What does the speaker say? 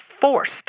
forced